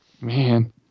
Man